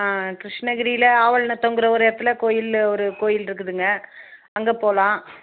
கிருஷ்ணகிரியில் ஆவல்நத்தங்கிற ஒரு இடத்துல கோயில் ஒரு கோயிலிருக்குதுங்க அங்கே போகலாம்